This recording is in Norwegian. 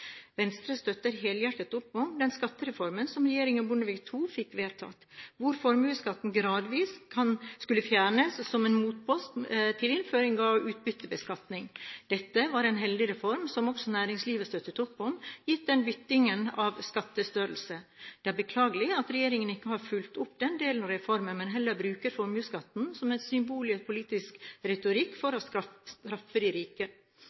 Venstre støtter helhjertet opp om den skattereformen som regjeringen Bondevik II fikk vedtatt, hvor formuesskatten gradvis skulle fjernes som en motpost til innføring av utbyttebeskatning. Dette var en helhetlig reform som også næringslivet støttet opp om, gitt denne byttingen av skattestørrelser. Det er beklagelig at regjeringen ikke har fulgt opp den delen av reformen, men heller bruker formuesskatten som et symbol i en politisk retorikk for å straffe de rike.